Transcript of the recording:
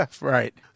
Right